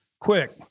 Quick